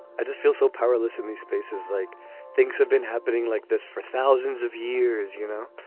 i just feel so powerless in these spaces, like things have been happening like this for thousands of years, you know,